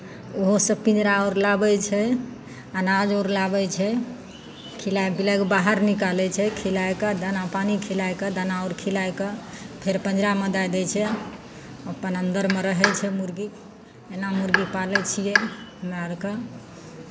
ओहो सभ पिंजरा अर लाबै छै अनाज आओर लाबै छै खिलाय पिलाय कऽ बाहर निकालै छै खिलाय कऽ दाना पानि खिलाय कऽ दाना उर खिलाय कऽ फेर पिंजरामे दऽ दै छै अपन अंदरमे रहै छै मुरगी एना मुरगी पालै छियै हमरा अरके